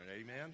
amen